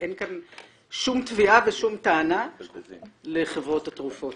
שאין כאן שום תביעה ושום טענה לחברות התרופות.